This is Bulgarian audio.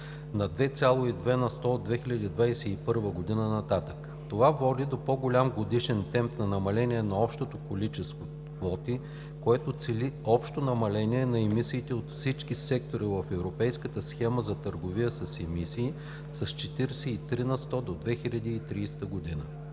на 2,2 на сто от 2021 г. нататък. Това води до по-голям годишен темп на намаление на общото количество квоти, което цели общо намаление на емисиите от всички сектори в Европейската схема за търговия с емисии с 43 на сто до 2030 г.